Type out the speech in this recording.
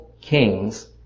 kings